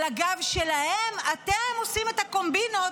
על הגב שלהם אתם עושים את הקומבינות